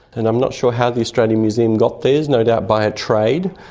and i'm not sure how the australian museum got theirs, no doubt by a trade,